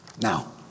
Now